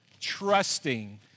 trusting